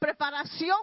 preparación